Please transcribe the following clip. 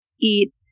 eat